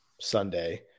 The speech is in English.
Sunday